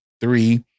three